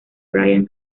brian